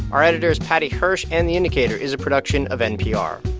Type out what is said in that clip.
our editor is paddy hirsch, and the indicator is a production of npr